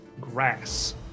grass